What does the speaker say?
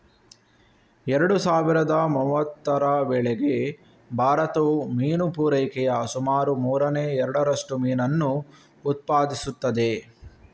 ಎರಡು ಸಾವಿರದ ಮೂವತ್ತರ ವೇಳೆಗೆ ಭಾರತವು ಮೀನು ಪೂರೈಕೆಯ ಸುಮಾರು ಮೂರನೇ ಎರಡರಷ್ಟು ಮೀನನ್ನು ಉತ್ಪಾದಿಸುತ್ತದೆ